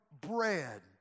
bread